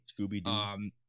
Scooby-Doo